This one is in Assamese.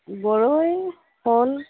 গৰৈ শ'ল